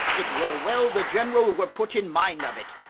it were well the general were put in mind of it.